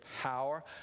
power